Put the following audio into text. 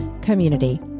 community